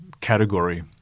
category